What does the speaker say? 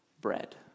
bread